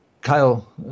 Kyle